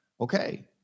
Okay